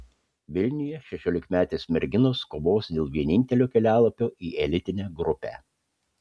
vilniuje šešiolikmetės merginos kovos dėl vienintelio kelialapio į elitinę grupę